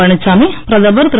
பழனிசாமி பிரதமர் திரு